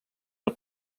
del